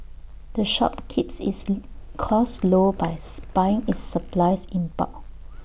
the shop keeps its costs low by buying its supplies in bulk